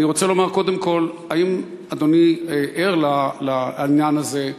האם אדוני ער לעניין הזה?